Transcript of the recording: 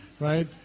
Right